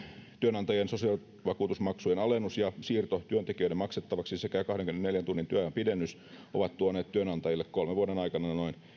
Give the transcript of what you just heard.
työnantajien sosiaalivakuutusmaksujen alennus ja siirto työntekijöiden maksettavaksi sekä kahdenkymmenenneljän tunnin työajan pidennys ovat tuoneet työnantajille kolmen vuoden aikana noin